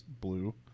blue